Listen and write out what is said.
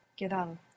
quedado